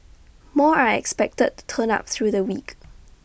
more are expected to turn up through the week